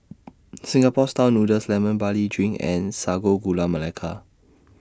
Singapore Style Noodles Lemon Barley Drink and Sago Gula Melaka